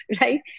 Right